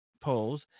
polls